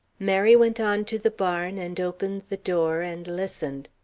mary went on to the barn, and opened the door, and listened.